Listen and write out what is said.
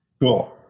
cool